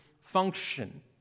function